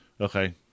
okay